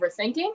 overthinking